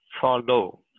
Follow